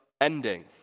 ending